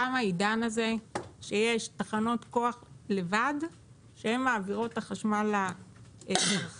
תם העידן הזה שיש תחנות כוח לבד שמעבירות את החשמל לצרכנים,